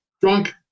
drunk